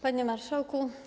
Panie Marszałku!